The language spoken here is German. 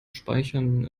speichern